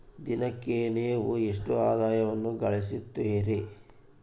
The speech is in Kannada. ದಿನಕ್ಕೆ ನೇವು ಎಷ್ಟು ಆದಾಯವನ್ನು ಗಳಿಸುತ್ತೇರಿ?